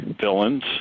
villains